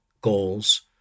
goals